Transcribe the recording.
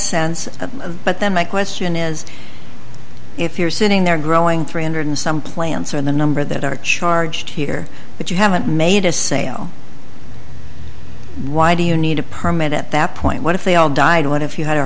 and but then my question is if you're sitting there growing three hundred some plants and the number that are charged here but you haven't made a sale why do you need a permit at that point what if they all died when if you had a